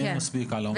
אין מספיק על האומיקרון.